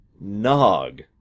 Nog